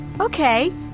Okay